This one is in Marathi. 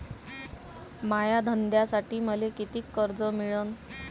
माया धंद्यासाठी मले कितीक कर्ज मिळनं?